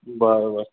बरं